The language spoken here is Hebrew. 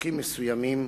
חיקוקים מסוימים,